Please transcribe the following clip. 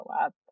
up